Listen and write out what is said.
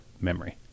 memory